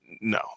No